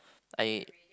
I